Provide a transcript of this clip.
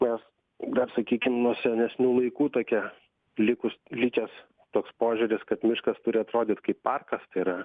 nes dar sakykim nuo senesnių laikų tokia likus likęs toks požiūris kad miškas turi atrodyt kaip parkas tai yra